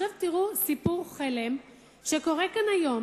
עכשיו תראו סיפור חלם שקורה פה היום.